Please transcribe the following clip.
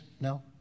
No